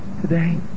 today